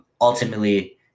ultimately